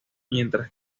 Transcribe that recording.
mientras